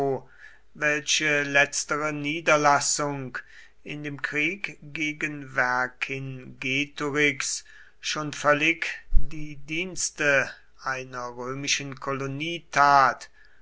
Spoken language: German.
welche letztere niederlassung in dem krieg gegen vercingetorix schon völlig die dienste einer römischen kolonie tat